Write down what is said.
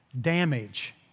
damage